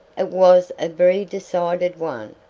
it was a very decided one,